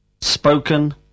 Spoken